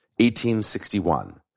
1861